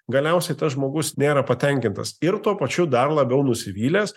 galiausiai tas žmogus nėra patenkintas ir tuo pačiu dar labiau nusivylęs